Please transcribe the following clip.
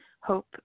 hope